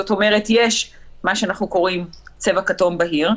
זאת אומרת יש מה שאנחנו קוראים צבע כתום בהיר,